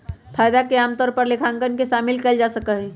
फायदा के आमतौर पर लेखांकन में शामिल कइल जा सका हई